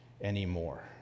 anymore